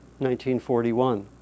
1941